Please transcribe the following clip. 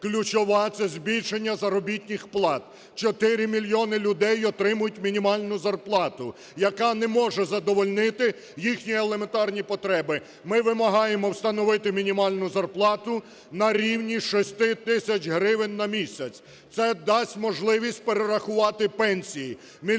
ключова – це збільшення заробітних плат. Чотири мільйони людей отримують мінімальну зарплату, яка не може задовольнити їхні елементарні потреби. Ми вимагаємо встановити мінімальну зарплату на рівні 6 тисяч гривень на місяць. Це дасть можливість перерахувати пенсії